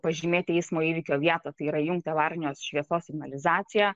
pažymėti eismo įvykio vietą tai yra įjungti avarinio šviesos signalizaciją